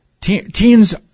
teens